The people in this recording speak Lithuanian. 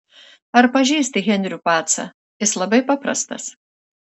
ar pažįsti henrių pacą jis labai paprastas